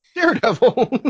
Daredevil